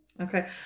Okay